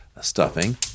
stuffing